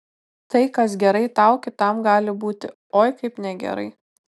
tai kas gerai tau kitam gali būti oi kaip negerai